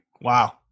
Wow